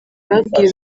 babwiye